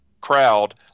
crowd